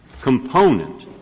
component